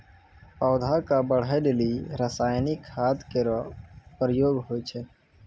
पौधा क बढ़ै लेलि रसायनिक खाद केरो प्रयोग होय छै